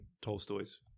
Tolstoy's